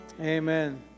Amen